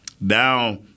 now